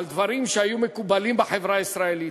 על דברים שהיו מקובלים בחברה הישראלית,